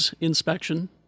Inspection